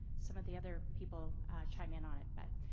some of the other people chimed in on it. but,